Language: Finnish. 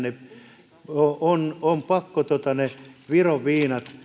on niin kallista niin on pakko vetää ne viron viinat